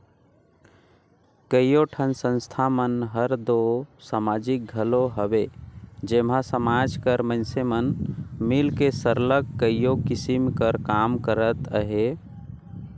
कइयो ठन संस्था मन हर दो समाजिक घलो हवे जेम्हां समाज कर मइनसे मन मिलके सरलग कइयो किसिम कर काम करत अहें